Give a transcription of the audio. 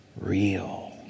real